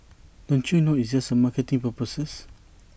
don't you know it's just for marketing purposes